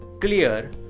clear